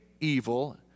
evil